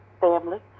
family